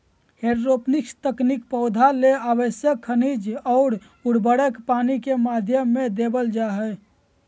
hydroponics तकनीक पौधा ले आवश्यक खनिज अउर उर्वरक पानी के माध्यम से देवल जा हई